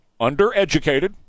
undereducated